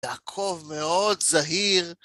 לעקוב מאוד זהיר.